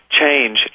change